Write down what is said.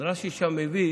רש"י מביא